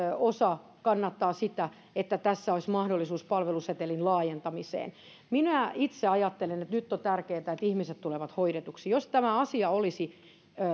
osa kannattaa sitä että tässä olisi mahdollisuus palvelusetelin laajentamiseen minä itse ajattelen että nyt on tärkeätä että ihmiset tulevat hoidetuksi jos tämä asia olisi